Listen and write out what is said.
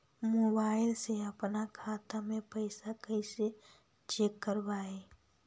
Mobile से अपन खाता के पैसा कैसे चेक करबई?